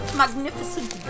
magnificent